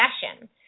session